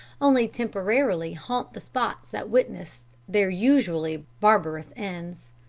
only temporarily haunt the spots that witnessed their usually barbarous ends.